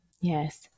Yes